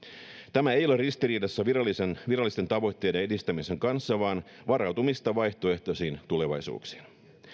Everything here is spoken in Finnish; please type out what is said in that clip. tämä ei ole ristiriidassa virallisten virallisten tavoitteiden edistämisen kanssa vaan varautumista vaihtoehtoisiin tulevaisuuksiin